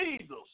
Jesus